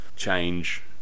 change